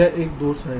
यह एक दोष है